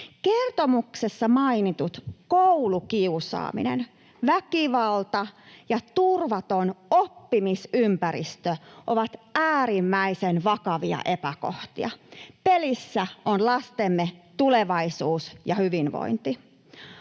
Kertomuksessa mainitut koulukiusaaminen, väkivalta ja turvaton oppimisympäristö ovat äärimmäisen vakavia epäkohtia. Pelissä on lastemme tulevaisuus ja hyvinvointi.